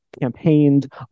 campaigned